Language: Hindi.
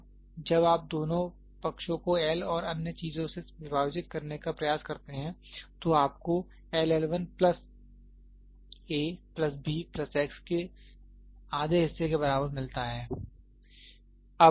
अब जब आप दोनों पक्षों को L और अन्य चीजों से विभाजित करने का प्रयास करते हैं तो आपको L L 1 plus a plus b plus x के आधे हिस्से के बराबर मिलता है